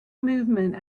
movement